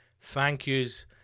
thank-yous